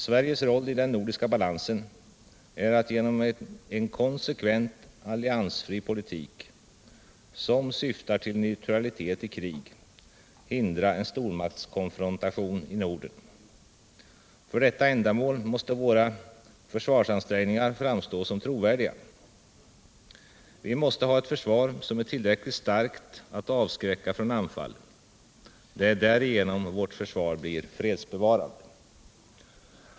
Sveriges roll i den nordiska balansen är att genom en konsekvent alliansfri politik, som syftar till neutralitet i krig, hindra en stormaktskonfrontation i Norden. För detta ändamål måste våra försvarsansträngningar framstå som trovärdiga. Vi måste ha ett försvar som är tillräckligt starkt att avskräcka från anfall. Det är därigenom vårt försvar blir fredsbevarande.